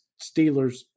Steelers